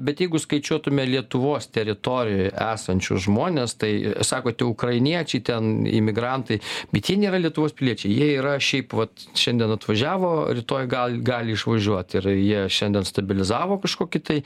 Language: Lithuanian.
bet jeigu skaičiuotume lietuvos teritorijoj esančius žmones tai sakote ukrainiečiai ten imigrantai bet jie nėra lietuvos piliečiai jie yra šiaip vat šiandien atvažiavo rytoj gal gali išvažiuot ir jie šiandien stabilizavo kažkokį tai